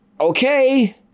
okay